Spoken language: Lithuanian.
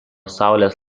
saulės